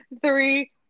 Three